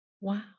Wow